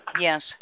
Yes